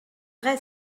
vrai